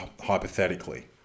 hypothetically